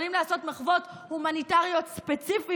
יכולים לעשות מחוות הומניטריות ספציפיות,